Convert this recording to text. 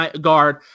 guard